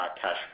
cash